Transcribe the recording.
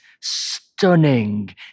stunning